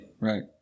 Right